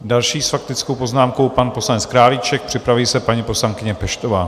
Další s faktickou poznámkou pan poslanec Králíček, připraví se paní poslankyně Peštová.